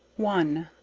one.